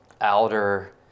outer